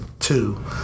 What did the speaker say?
Two